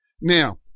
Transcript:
Now